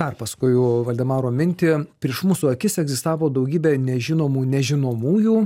perpasakoju valdemaro mintį prieš mūsų akis egzistavo daugybė nežinomų nežinomųjų